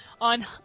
on